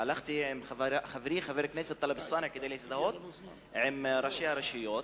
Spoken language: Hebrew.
הלכתי עם חברי חבר הכנסת טלב אלסאנע כדי להזדהות עם ראשי הרשויות,